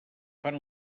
fan